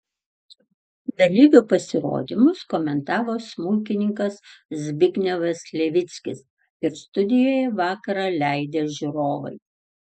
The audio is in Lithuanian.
dalyvių pasirodymus komentavo smuikininkas zbignevas levickis ir studijoje vakarą leidę žiūrovai